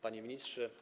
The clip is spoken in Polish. Panie Ministrze!